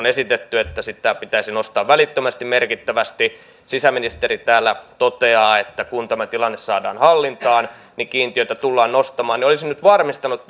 esitetty että sitä pitäisi nostaa välittömästi merkittävästi sisäministeri täällä toteaa että kun tämä tilanne saadaan hallintaan niin kiintiöitä tullaan nostamaan olisin nyt varmistanut